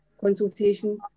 consultation